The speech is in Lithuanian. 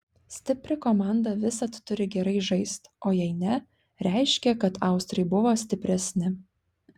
stipri komanda visad turi gerai žaist o jei ne reiškia kad austrai buvo stipresni